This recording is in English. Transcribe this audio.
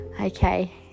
Okay